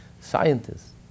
scientists